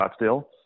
Scottsdale